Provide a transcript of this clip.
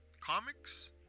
comics